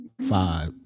Five